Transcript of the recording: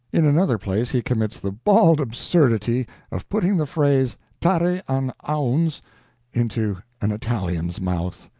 in another place he commits the bald absurdity of putting the phrase tare an ouns into an italian's mouth.